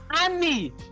Annie